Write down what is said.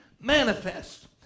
manifest